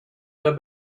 their